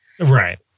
right